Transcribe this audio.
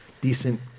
decent